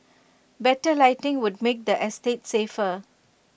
better lighting would make the estate safer